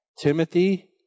Timothy